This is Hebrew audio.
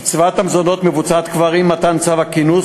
קציבת המזונות מבוצעת כבר עם מתן צו הכינוס